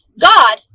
God